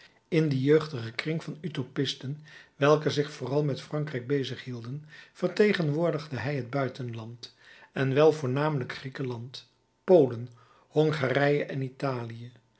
in dien jeugdigen kring van utopisten welke zich vooral met frankrijk bezig hielden vertegenwoordigde hij het buitenland en wel voornamelijk griekenland polen hongarije en italië